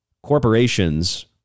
Corporations